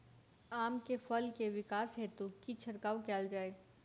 आम केँ फल केँ विकास हेतु की छिड़काव कैल जाए?